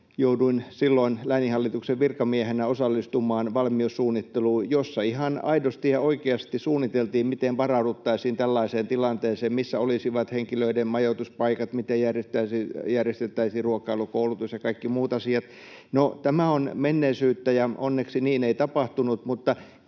jouduin silloin lääninhallituksen virkamiehenä osallistumaan valmiussuunnitteluun, jossa ihan aidosti ja oikeasti suunniteltiin, miten varauduttaisiin tällaiseen tilanteeseen: missä olisivat henkilöiden majoituspaikat, miten järjestettäisiin ruokailu, koulutus ja kaikki muut asiat. No, tämä on menneisyyttä, ja onneksi niin ei tapahtunut,